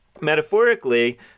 metaphorically